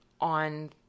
on